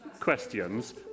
questions